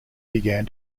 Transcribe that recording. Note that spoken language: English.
began